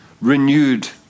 renewed